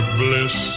bliss